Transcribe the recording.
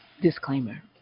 Disclaimer